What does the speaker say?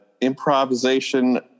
improvisation